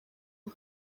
ubu